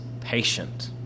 patient